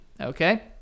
Okay